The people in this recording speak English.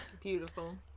Beautiful